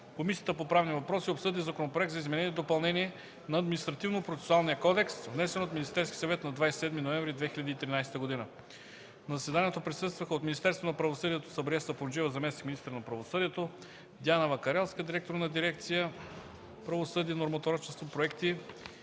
Комисията по правни въпроси обсъди Законопроекта за изменение и допълнение на Административнопроцесуалния кодекс, внесен от Министерски съвет на 27 ноември 2013 г. На заседанието присъстваха: от Министерството на правосъдието: Сабрие Сапунджиева – заместник-министър на правосъдието, Диана Вакарелска – директор на дирекция „Правосъдие, нормотворчество и проекти”